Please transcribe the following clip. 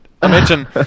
Imagine